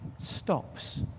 stops